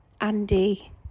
Andy